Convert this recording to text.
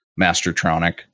Mastertronic